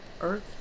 Earth